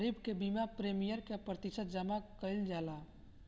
खरीफ के बीमा प्रमिएम क प्रतिशत जमा कयील जाला?